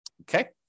okay